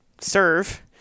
serve